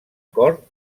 cor